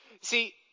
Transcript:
See